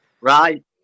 Right